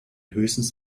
höchstens